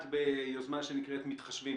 את ביוזמה שנקראת "מתחשבים".